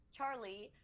Charlie